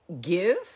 give